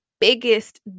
biggest